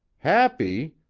happy?